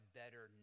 better